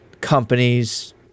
companies